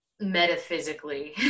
metaphysically